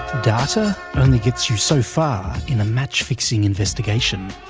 data only gets you so far in a match fixing investigation.